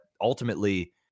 ultimately